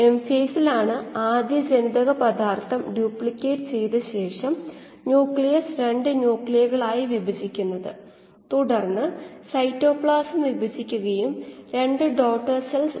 𝑟𝑖 − 𝑟𝑜 − 𝑟𝑐 0 ഉത്പാദിപ്പിക്കുന്ന കോശങ്ങളുടെ അളവാണ് Y x S എന്ന് നമുക്ക് ഓർമിക്കാം അതായത് ഉത്പാദിപ്പിക്കുന്ന കോശങ്ങളുടെ അളവ് ഹരിക്കണം ഉപയോഗിച്ച സബ്സ്ട്രേട്ട്